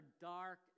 dark